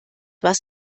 was